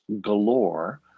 galore